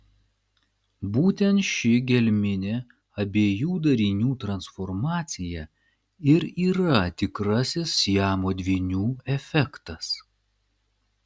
būtent ši gelminė abiejų darinių transformacija ir yra tikrasis siamo dvynių efektas